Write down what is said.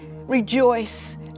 rejoice